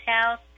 house